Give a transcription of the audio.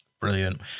Brilliant